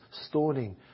stoning